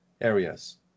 areas